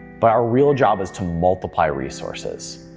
but our real job is to multiply resources.